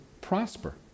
prosper